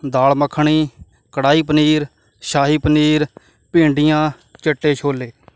ਦਾਲ ਮੱਖਣੀ ਕੜਾਹੀ ਪਨੀਰ ਸ਼ਾਹੀ ਪਨੀਰ ਭਿੰਡੀਆਂ ਚਿੱਟੇ ਛੋਲੇ